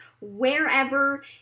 wherever